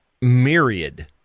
myriad